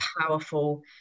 powerful